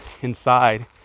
inside